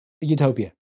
Utopia